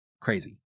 crazy